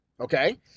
Okay